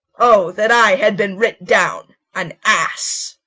o that i had been writ down an ass!